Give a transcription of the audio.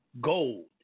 gold